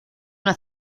una